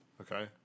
Okay